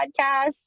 podcast